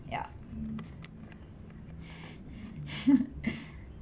ya